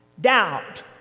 Doubt